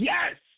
Yes